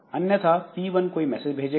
अन्यथा P1 कोई message भेजेगा